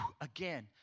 again